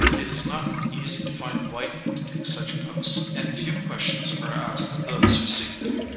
it is not easy to find white men to take such posts and few questions are asked of those who seek them.